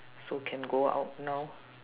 so can go out now